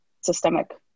systemic